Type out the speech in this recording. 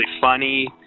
funny